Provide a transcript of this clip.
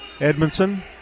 Edmondson